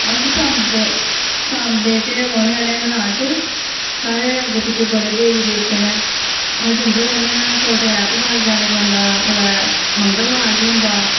अस साम्बे साम्बे च रौह्ने आह्ले आं ग्रांऽ च साढ़े अग्गें पिच्छें बडे़ देवी देवते न अस जंदे रौह्ने आं कुदै ऐतवारें जाना पौंदा कुदै मंगलवार बी होंदा